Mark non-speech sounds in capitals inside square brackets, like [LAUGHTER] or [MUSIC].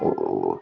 [UNINTELLIGIBLE]